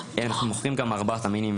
אנחנו מוכרים גם ארבעת המינים,